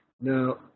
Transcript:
Now